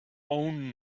own